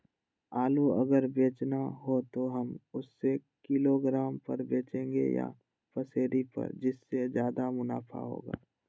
आलू अगर बेचना हो तो हम उससे किलोग्राम पर बचेंगे या पसेरी पर जिससे ज्यादा मुनाफा होगा?